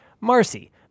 Marcy